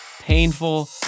painful